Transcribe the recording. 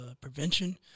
prevention